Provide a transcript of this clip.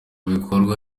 bikorwa